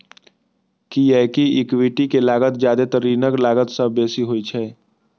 कियैकि इक्विटी के लागत जादेतर ऋणक लागत सं बेसी होइ छै